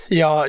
ja